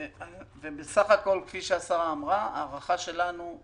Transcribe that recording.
בסך הכול, כפי שהשרה אמרה, ההערכה שלנו היא